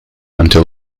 until